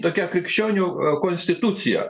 tokia krikščionių konstitucija